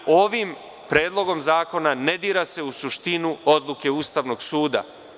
Ovim predlogom zakona ne dira se u suštinu odluke Ustavnog suda.